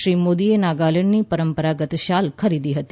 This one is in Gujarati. શ્રી મોદીએ નાગાલેન્ડની પરંપરાગત શાલ ખરીદી હતી